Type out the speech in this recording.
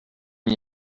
n’y